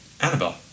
Annabelle